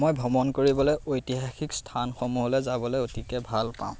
মই ভ্ৰমণ কৰিবলৈ ঐতিহাসিক স্থানসমূহলৈ যাবলৈ অতিকে ভাল পাওঁ